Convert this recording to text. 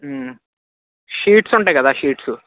sheets ఉంటాయి కదా sheets